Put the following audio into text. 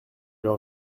leur